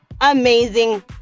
amazing